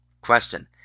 Question